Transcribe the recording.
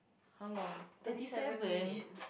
thirty seven